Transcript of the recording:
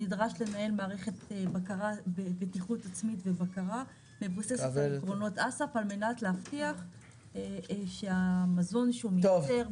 נדרש לנהל מערכת בטיחות עצמית ובקרה על מנת להבטיח שהמזון שהוא מייצר,